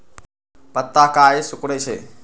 पत्ता काहे सिकुड़े छई?